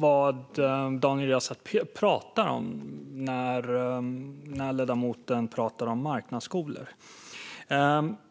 vad ledamoten Daniel Riazat pratar om när han pratar om marknadsskolor.